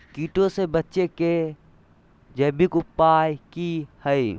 कीटों से बचे के जैविक उपाय की हैय?